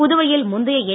புதுவையில் முந்தைய என்